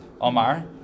Omar